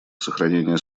сохранение